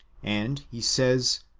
and he says,